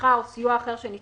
תמיכה או סיוע אחר שניתנו